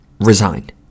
resigned